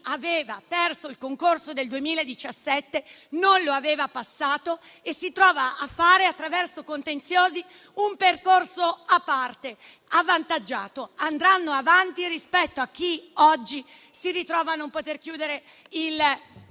aveva perso il concorso del 2017, non lo aveva passato e si trova a fare, attraverso contenziosi, un percorso a parte, avvantaggiato. Andranno avanti rispetto a chi oggi si ritrova a non poter chiudere il